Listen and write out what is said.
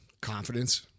Confidence